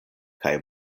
kaj